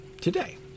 today